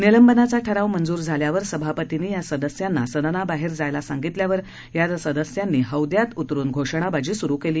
निलंबनाचा ठराव मंजूर झाल्यावर सभापतींनी या सदस्यांना सदनाबाहेर जाण्यास सांगितल्यावर या सदस्यांनी हौद्यात उतरून घोषणाबाजी सुरू केली